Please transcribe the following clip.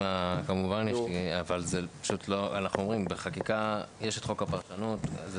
אבל בחקיקה יש את חוק הפרשנות.